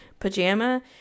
pajama